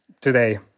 today